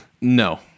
No